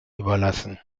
überlassen